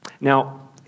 Now